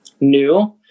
new